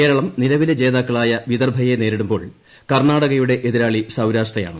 കേരളം നിലവിലെ ജേതാക്കളായ വിദർഭയെ നേരിടുമ്പോൾ കർണാടകയുടെ എതിരാളി സൌരാഷ്ട്രയാണ്